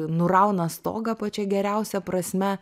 nurauna stogą pačia geriausia prasme